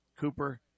Cooper